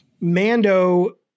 Mando